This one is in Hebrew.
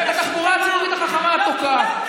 ואת התחבורה הציבורית החכמה את תוקעת,